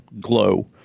glow